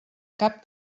cap